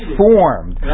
formed